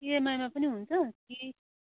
इएमआइमा पनि हुन्छ कि